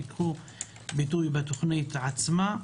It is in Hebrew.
יבואו לידי ביטוי בתוכנית עצמה.